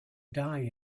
die